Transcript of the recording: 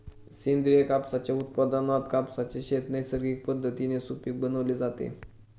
सेंद्रिय कापसाच्या उत्पादनात कापसाचे शेत नैसर्गिक पद्धतीने सुपीक बनवले जाते